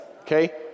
Okay